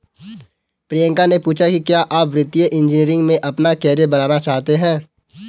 प्रियंका ने पूछा कि क्या आप वित्तीय इंजीनियरिंग में अपना कैरियर बनाना चाहते हैं?